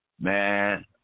Man